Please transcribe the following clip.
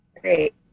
Great